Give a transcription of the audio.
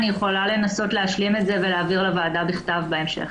אני יכולה לנסות להשלים את זה ולהעביר לוועדה בכתב בהמשך.